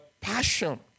passion